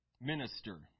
minister